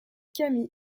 kami